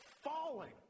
falling